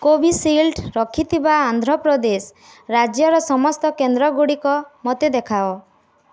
Covishield ରଖିଥିବା ଆନ୍ଧ୍ରପ୍ରଦେଶ ରାଜ୍ୟର ସମସ୍ତ କେନ୍ଦ୍ରଗୁଡ଼ିକ ମୋତେ ଦେଖାଅ